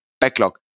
backlog